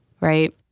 Right